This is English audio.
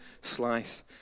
slice